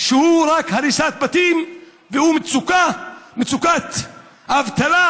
שהוא רק הריסת בתים ומצוקה, מצוקת אבטלה,